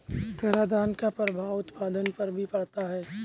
करादान का प्रभाव उत्पादन पर भी पड़ता है